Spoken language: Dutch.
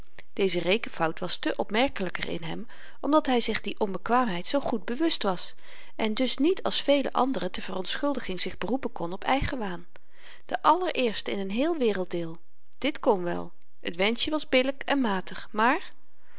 deze rekenfout was te opmerkelyker in hem omdat hy zich die onbekwaamheid zoo goed bewust was en dus niet als vele anderen ter verontschuldiging zich beroepen kon op eigenwaan de allereerste in n heel werelddeel dit kon wel t wenschje was billyk en matig maar